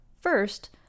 First